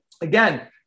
again